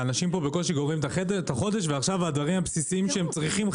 האנשים פה בקושי גומרים את החודש ועכשיו הדברים הבסיסיים שהם צריכים,